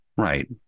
Right